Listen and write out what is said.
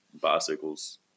bicycles